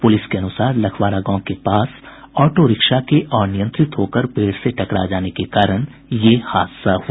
प्रलिस के अनुसार लखवारा गांव के पास ऑटो रिक्शा के अनियंत्रित होकर पेड़ से टकरा जाने के कारण यह हादसा हुआ